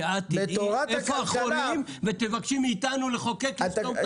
שאת תדעי איפה החורים ותבקשי מאיתנו לחוקק לסתום את החורים.